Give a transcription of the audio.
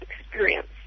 experience